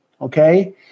okay